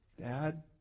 Dad